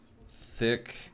thick